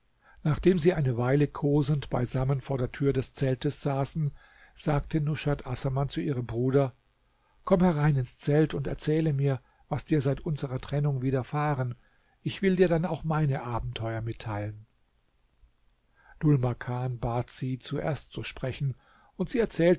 nachdem sie eine weile kosend beisammen vor der tür des zeltes saßen sagte nushat assaman zu ihrem bruder komm herein ins zelt und erzähle mir was dir seit unserer trennung widerfahren ich will dir dann auch meine abenteuer mitteilen dhul makan bat sie zuerst zu sprechen und sie erzählte